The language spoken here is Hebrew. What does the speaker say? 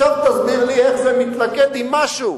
עכשיו תסביר לי איך זה מתלכד עם משהו,